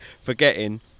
forgetting